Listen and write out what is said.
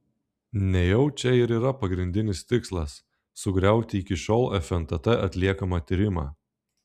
nejau čia ir yra pagrindinis tikslas sugriauti iki šiol fntt atliekamą tyrimą